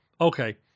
okay